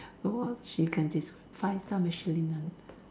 some more she can taste five star Michelin [one]